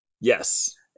yes